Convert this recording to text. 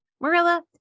Marilla